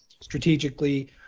strategically